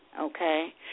okay